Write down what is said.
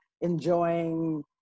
enjoying